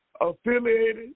affiliated